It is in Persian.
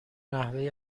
نحوه